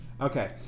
Okay